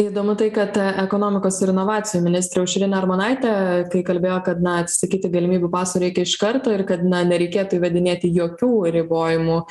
įdomu tai kad ekonomikos ir inovacijų ministrė aušrinė armonaitė kai kalbėjo kad na atsisakyti galimybių paso reikia iš karto ir kad na nereikėtų įvedinėti jokių ribojimų